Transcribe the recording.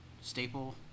staple